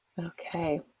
Okay